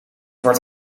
wordt